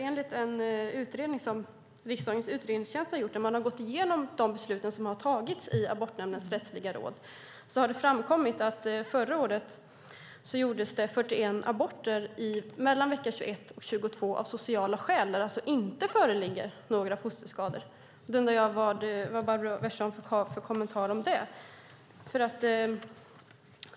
Enligt en utredning som riksdagens utredningstjänst har gjort, där man har gått igenom de beslut som har tagits i Abortnämnden, en del av Rättsliga rådet, har det framkommit att det förra året gjordes 41 aborter mellan vecka 21 och 22 av sociala skäl, där det alltså inte förelåg några fosterskador. Då undrar jag vad Barbro Westerholm har för kommentar till det.